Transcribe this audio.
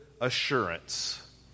assurance